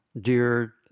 dear